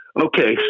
Okay